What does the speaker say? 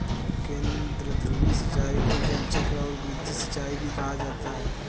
केंद्रधुरी सिंचाई को जलचक्र और वृत्त सिंचाई भी कहा जाता है